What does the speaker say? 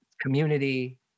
community